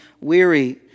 weary